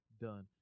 done